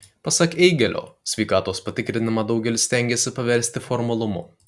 pasak eigėlio sveikatos patikrinimą daugelis stengiasi paversti formalumu